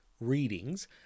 readings